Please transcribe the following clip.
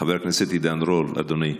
חבר הכנסת עידן רול, אדוני,